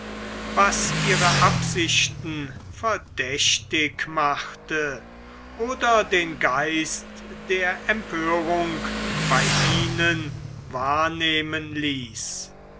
was ihre absichten verdächtig machte oder den geist der empörung bei ihnen wahrnehmen ließ